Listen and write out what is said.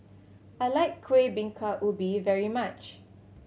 I like Kuih Bingka Ubi very much